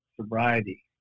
sobriety